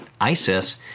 ISIS